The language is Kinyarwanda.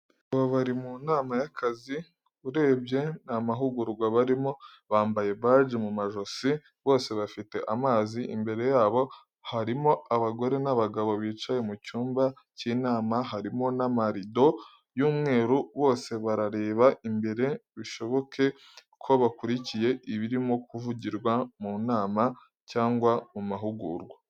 Aba bari munama yakazi urebye namahugurwa barimo bambaye bagi mumajosi bose bafite amazi imbere yabo harimo abagore nabagabo bicaye mucyumba cyinama harimo namarido y,umweru bose barareba imbere bishoboke ko bakurikiye ibirimo kuvugirwa munama cyangwa mumahugurwa.